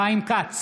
בעד חיים כץ,